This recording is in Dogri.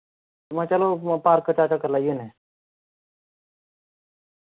महा चलो पार्क च चक्कर लाई आने